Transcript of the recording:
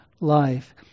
life